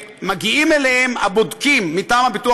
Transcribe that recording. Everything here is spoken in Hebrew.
שמגיעים אליהם הבודקים מטעם הביטוח